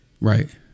right